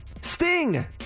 Sting